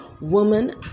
woman